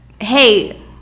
hey